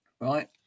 Right